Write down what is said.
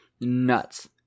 Nuts